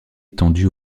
étendu